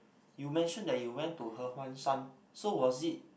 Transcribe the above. you mention that you went to He-Huan-Shan so was it